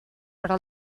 però